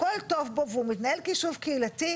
הכול טוב בו והוא מתנהל כיישוב קהילתי.